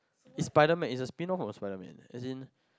it's spiderman it's a spin off of spiderman as in